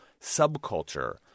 subculture